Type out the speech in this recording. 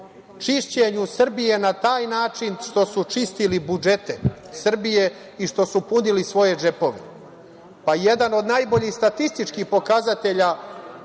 čišćenju Srbije na taj način što su čistili budžete Srbije i što su punili svoje džepove. Jedan od najboljih statističkih podataka